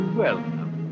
welcome